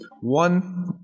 One